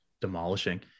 demolishing